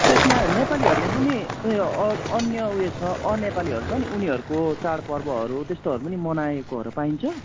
त्यसमा नेपालीहरूले पनि उयो अरू अन्य उयो छ अनेपालीहरू छ नि उनीहरूको चाड पर्वहरू त्यस्तोहरू पनि मनाएकोहरू पाइन्छ